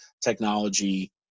technology